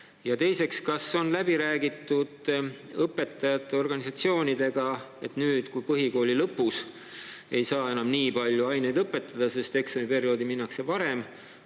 Ja teiseks: kas on läbi räägitud õpetajate organisatsioonidega, kas nad nüüd, kui põhikooli lõpus ei saa enam nii palju aineid õpetada, sest eksamiperioodi minnakse varem